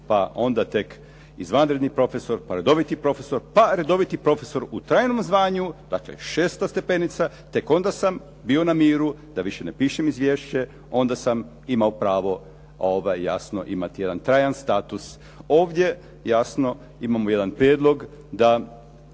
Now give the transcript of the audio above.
Pa onda tek izvanredni profesor, pa redoviti profesor, pa redoviti profesor u trajnom zvanju. Dakle, 600 stepenica. Tek onda sam bio na miru da više ne pišem izvješće, onda sam imao pravo jasno imati jedan trajan status. Ovdje jasno imamo jedan prijedlog da